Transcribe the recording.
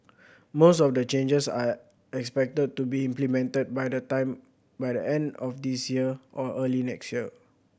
most of the changes are expected to be implemented by the time by the end of this year or early next year